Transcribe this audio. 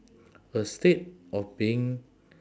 a statue of being